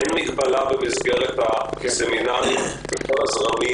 אין מגבלה במסגרת הסמינרים בכל הזרמים